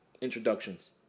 introductions